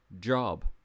job